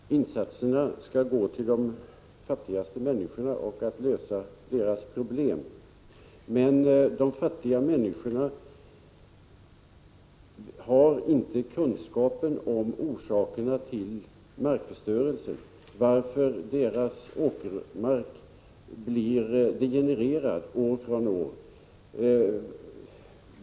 Herr talman! Vi kan vara eniga om att insatserna skall inriktas mot att hjälpa de fattigaste människorna och lösa deras problem. Men de fattiga människorna har inte kunskapen om orsakerna till att marken förstörs, att deras åkermark år efter år degenereras.